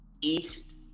east